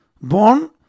born